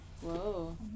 Whoa